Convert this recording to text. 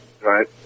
right